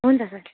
हुन्छ सर